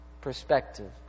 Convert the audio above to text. perspective